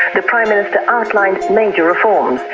the prime minister outlined major reforms.